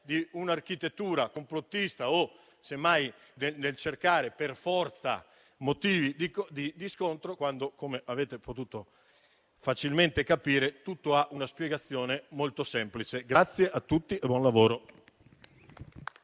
un'architettura complottista e non bisogna cercare per forza motivi di scontro. Come avete potuto facilmente capire, tutto ha una spiegazione molto semplice. Grazie a tutti e buon lavoro.